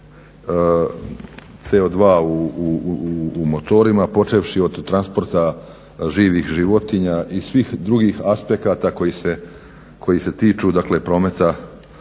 od količine CO2 u motorima, počevši od transporta živih životinja i svih drugih aspekata koji se tiču prometa